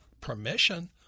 permission